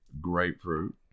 grapefruit